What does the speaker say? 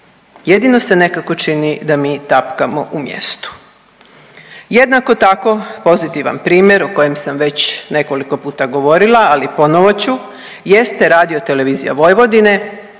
Jedino se nekako čini da mi tapkamo u mjestu. Jednako tako pozitivan primjer o kojem sam već nekoliko puta govorila, ali ponovo ću jeste Radiotelevizija Vojvodine